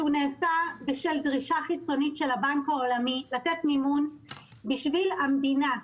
שנעשה בשל דרישה חיצונית של הבנק העולמי לתת מימון בשביל המדינה,